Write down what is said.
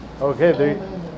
Okay